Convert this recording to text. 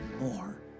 more